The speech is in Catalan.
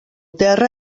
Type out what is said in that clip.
terra